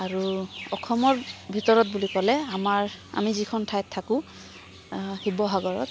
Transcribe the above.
আৰু অসমৰ ভিতৰত বুলি ক'লে আমাৰ আমি যিখন ঠাইত থাকোঁ শিৱসাগৰত